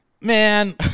Man